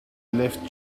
left